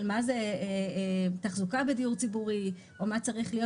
מה זה תחזוקה בדיור ציבורי או מה צריך להיות.